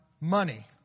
money